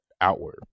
outward